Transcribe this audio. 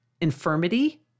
infirmity